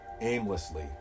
aimlessly